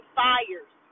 fires